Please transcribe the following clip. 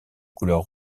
couleurs